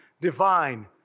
divine